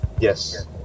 Yes